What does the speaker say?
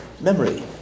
Memory